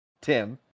Tim